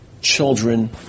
children